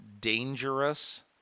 Dangerous